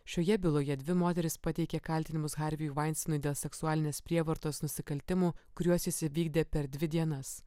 šioje byloje dvi moterys pateikė kaltinimus hariui veinsteinui dėl seksualinės prievartos nusikaltimų kuriuos jis įvykdė per dvi dienas